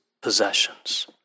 possessions